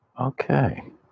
Okay